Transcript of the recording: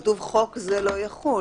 כתוב: חוק זה לא יחול.